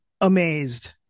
amazed